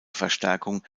verstärkung